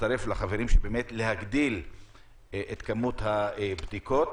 ומצטרף לחברים שקראו להגדיל את כמות הבדיקות.